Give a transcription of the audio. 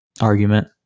argument